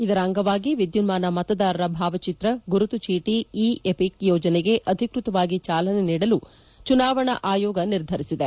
ಇದರ ಅಂಗವಾಗಿ ವಿದ್ಯುನ್ಮಾನ ಮತದಾರರ ಭಾವಚಿತ್ರ ಗುರುತು ಚೀಟಿ ಇ ಎಪಿಕ್ ಯೋಜನೆಗೆ ಅಧಿಕೃತವಾಗಿ ಚಾಲನೆ ನೀಡಲು ಚುನಾವಣಾ ಆಯೋಗ ನಿರ್ಧರಿಸಿದೆ